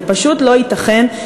זה פשוט לא ייתכן,